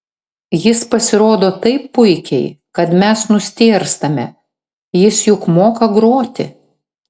jis pasirodo taip puikiai kad mes nustėrstame jis juk moka groti